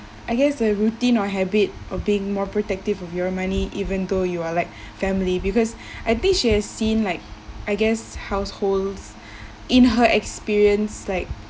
I guess a routine or habit of being more protective of your money even though you are like family because I think she has seen like I guess households in her experience like